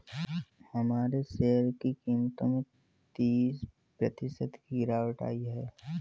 हमारे शेयर की कीमतों में तीस प्रतिशत की गिरावट आयी है